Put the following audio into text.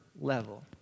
Level